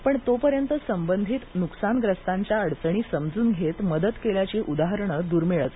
पण तोपर्यंत संबंधित नुकसानग्रस्तांच्या अडचणी समजून घेत मदत केल्याची उदाहरणं दूर्मिळच